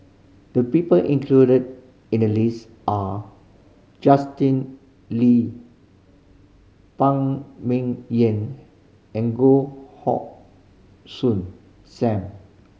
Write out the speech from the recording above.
the people included in the list are Justin Lee Phan Ming Yen and Goh Hoh Soon Sam